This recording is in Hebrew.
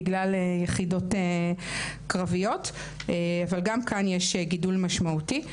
בגלל יחידות קרביות אבל גם כאן יש גידול משמעותי.